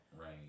right